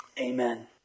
Amen